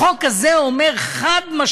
החוק הזה אומר חד-משמעית